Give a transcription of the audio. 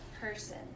person